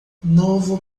novo